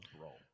roll